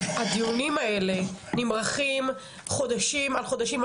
שהדיונים האלה נמרחים חודשים על חודשים,